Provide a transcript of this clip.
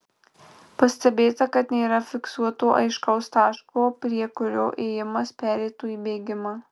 pastebėta kad nėra fiksuoto aiškaus taško prie kurio ėjimas pereitų į bėgimą